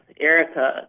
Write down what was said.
Erica